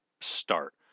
start